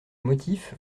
motif